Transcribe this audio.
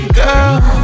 girl